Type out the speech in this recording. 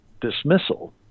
dismissal